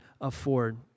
afford